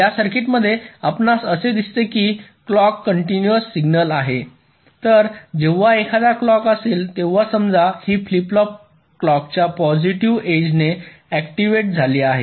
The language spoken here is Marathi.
या सर्किटमध्ये आपणास असे दिसते की क्लॉक कन्टीनुएस सिग्नल आहे तर जेव्हा एखादा क्लॉक असेल तेव्हा समजा ही फ्लिप फ्लॉप क्लॉकच्या पॉझिटिव्ह एज ने ऍक्टिव्हेट झाली आहे